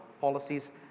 policies